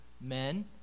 men